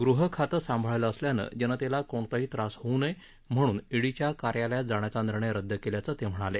गृह खातं सांभाळलं असल्यानं जनतेला कोणताही त्रास होऊ नये म्हणून ईडीच्या कार्यालयात जाण्याचा निर्णय रदद केल्याचं ते म्हणाले